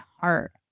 heart